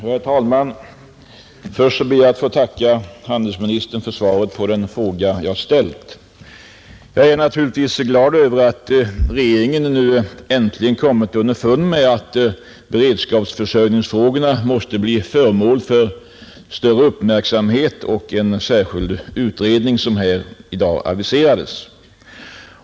Herr talman! Först ber jag att få tacka handelsministern för svaret på min fråga. Jag är naturligtvis glad över att regeringen nu äntligen har kommit underfund med att beredskapsförsörjningsfrågorna måste bli föremål för större uppmärksamhet och en särskild utredning — något som i dag har aviserats.